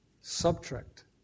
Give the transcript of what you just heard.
subtract